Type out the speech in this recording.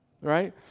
Right